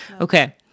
Okay